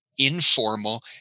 informal